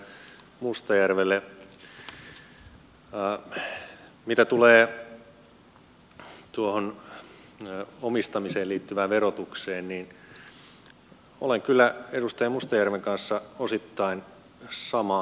mitä tulee tuohon omistamiseen liittyvään verotukseen niin olen kyllä edustaja mustajärven kanssa osittain samaa mieltä